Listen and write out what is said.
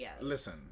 Listen